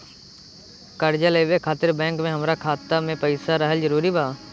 कर्जा लेवे खातिर बैंक मे हमरा खाता मे पईसा रहल जरूरी बा?